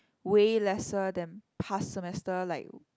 way lesser than past semester like